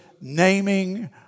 naming